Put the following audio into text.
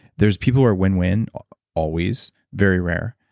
there's people who are winwin always, very rare.